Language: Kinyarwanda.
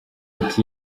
ati